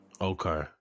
Okay